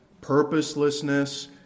purposelessness